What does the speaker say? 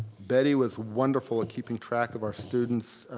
betty was wonderful at keeping track of our students,